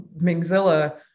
Mingzilla